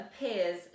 appears